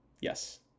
Yes